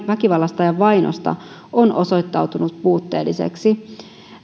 väkivallasta ja vainosta on osoittautunut puutteelliseksi